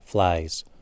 Flies